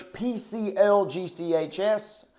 PCLGCHS